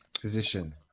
position